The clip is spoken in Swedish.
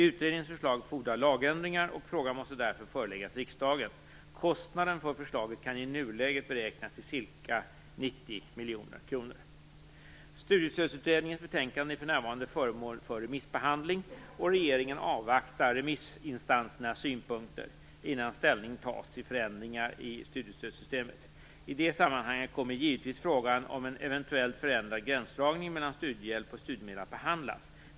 Utredningens förslag fordrar lagändringar, och frågan måste därför föreläggas riksdagen. Kostnaden för förslaget kan i nuläget beräknas till ca 90 miljoner kronor. Studiestödsutredningens betänkande är för närvarande föremål för remissbehandling, och regeringen avvaktar remissinstansernas synpunkter innan ställning tas till förändringar i studiestödssystemet. I det sammanhanget kommer givetvis frågan om en eventuell förändrad gränsdragning mellan studiehjälp och studiemedel att behandlas.